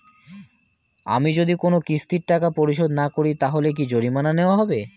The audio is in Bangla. আমি যদি কোন কিস্তির টাকা পরিশোধ না করি তাহলে কি জরিমানা নেওয়া হবে?